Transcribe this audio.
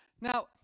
Now